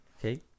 Okay